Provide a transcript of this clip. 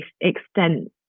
extent